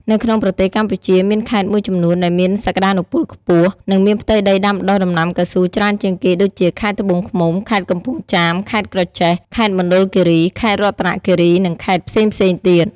នៅក្នុងប្រទេសកម្ពុជា មានខេត្តមួយចំនួនដែលមានសក្តានុពលខ្ពស់ និងមានផ្ទៃដីដាំដុះដំណាំកៅស៊ូច្រើនជាងគេ ដូចជា ខេត្តត្បូងឃ្មុំ ខេត្តកំពង់ចាម ខេត្តក្រចេះ ខេត្តមណ្ឌលគិរី ខេត្តរតនគិរី និងខេត្តផ្សេងៗទៀត។